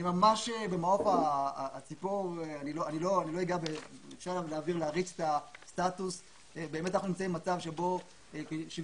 אני אומר במעוף הציפור שאנחנו נמצאים במצב שבו 70